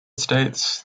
states